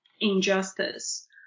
injustice